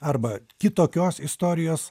arba kitokios istorijos